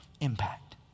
impact